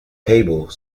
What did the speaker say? cable